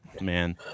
man